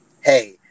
hey